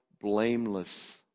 blameless